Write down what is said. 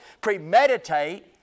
premeditate